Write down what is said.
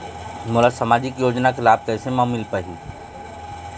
मोला सामाजिक योजना के लाभ कैसे म मिल पाही?